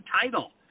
title